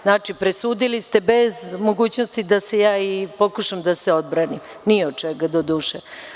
Znači, presudili ste bez mogućnosti da ja i pokušam da se odbranim, ni od čega, doduše.